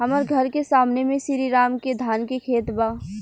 हमर घर के सामने में श्री राम के धान के खेत बा